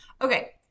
Okay